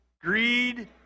greed